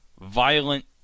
violent